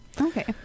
Okay